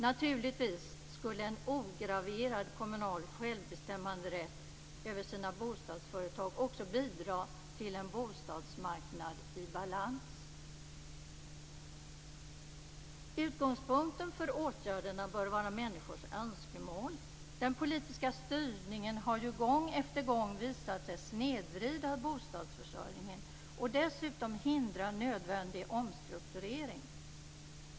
Naturligtvis skulle en ograverad kommunal självbestämmanderätt över sina bostadsföretag också bidra till en bostadsmarknad i balans. Utgångspunkten för åtgärderna bör vara människors önskemål. Den politiska styrningen har gång efter gång visat sig snedvrida bostadsförsörjningen och dessutom hindra nödvändig omstrukturering.